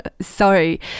sorry